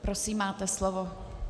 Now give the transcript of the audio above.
Prosím, máte slovo.